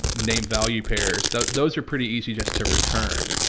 name value pairs. those those are pretty easy just to return.